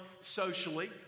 socially